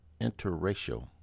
Interracial